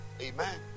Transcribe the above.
Amen